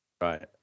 Right